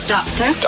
Doctor